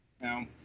now